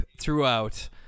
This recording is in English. throughout